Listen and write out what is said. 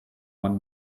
one